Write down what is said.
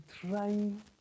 trying